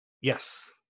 Yes